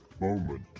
moment